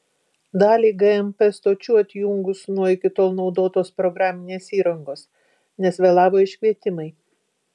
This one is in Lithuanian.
dalį gmp stočių atjungus nuo iki tol naudotos programinės įrangos nes vėlavo iškvietimai